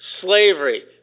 slavery